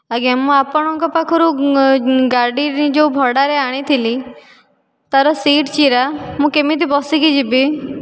ଆଜ୍ଞା ମୁଁ ଆପଣଙ୍କ ପାଖରୁ ଗାଡ଼ି ଯେଉଁ ଭଡ଼ାରେ ଆଣିଥିଲି ତା'ର ସିଟ୍ ଚିରା ମୁଁ କେମିତି ବସିକି ଯିବି